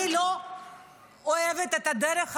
אני לא אוהבת את הדרך הזאת,